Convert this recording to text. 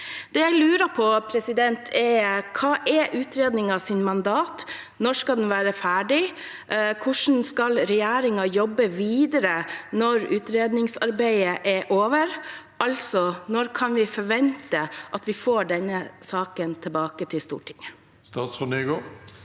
Det jeg lurer på, er: Hva er utredningens mandat? Når skal den være ferdig? Hvordan skal regjeringen jobbe videre når utredningsarbeidet er over? Altså: Når kan vi forvente at vi får denne saken tilbake til Stortinget? Statsråd